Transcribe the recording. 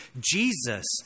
Jesus